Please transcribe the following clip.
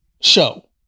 show